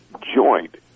joint